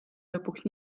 lõpuks